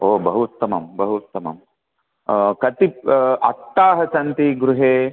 ओ बहु उत्तमं बहु उत्तमं कति अट्टाः सन्ति गृहे